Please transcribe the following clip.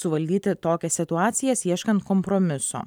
suvaldyti tokias situacijas ieškant kompromiso